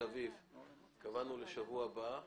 קבענו לשבוע הבא סיור,